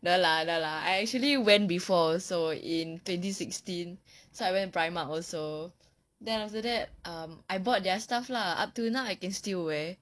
no lah no lah I actually went before also in twenty sixteen so I went primark also then after that um I bought their stuff lah up till now I can still wear